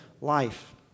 life